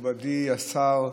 מכובדי השר,